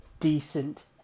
decent